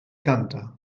canta